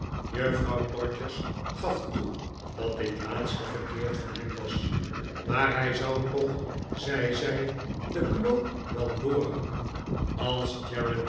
juffrouw todgers gaf toe dat dit laatste verkeerd van hem was maar hij zou toch zei zij den knoop wel doorhakken als